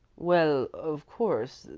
well, of course,